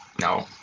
no